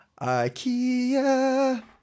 IKEA